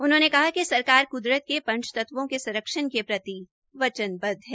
उन्होंने कहा कि सरकार कुदरत के पंचतत्वों के संरक्षण के प्रति वचनबद्ध है